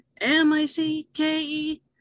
m-i-c-k-e